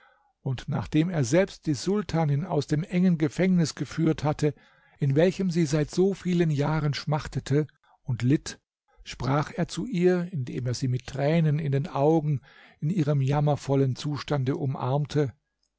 und nachdem er selbst die sultanin aus dem engen gefängnis geführt hatte in welchem sie seit so vielen jahren schmachtete und litt sprach er zu ihr indem er sie mit tränen in den augen in ihrem jammervollen zustande umarmte